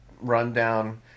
rundown